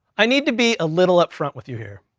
i need to be a little upfront with you here.